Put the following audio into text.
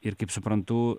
ir kaip suprantu